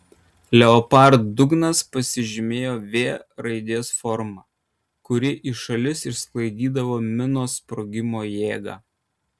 leopard dugnas pasižymėjo v raidės forma kuri į šalis išsklaidydavo minos sprogimo jėgą